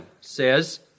says